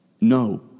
No